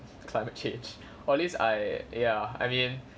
climate change all these I ya I mean